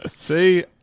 See